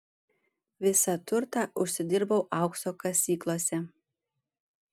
visą turtą užsidirbau aukso kasyklose